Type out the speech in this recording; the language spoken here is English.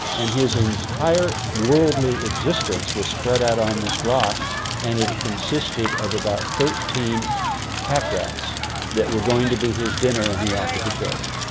and his entire worldly existence was spread out on this rock and it it consisted of about thirteen pack rats that were going to be his dinner, and he offered to share them.